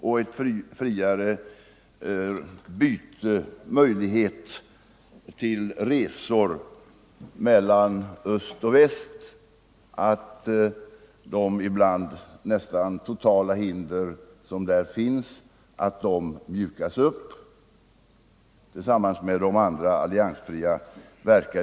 Vidare verkar vi tillsammans med de andra alliansfria staterna för att åstadkomma en uppmjukning av de nästan totala hindren för resor mellan öst och väst.